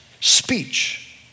speech